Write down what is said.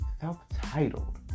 self-titled